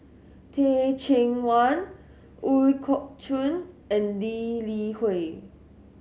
Teh Cheang Wan Ooi Kok Chuen and Lee Li Hui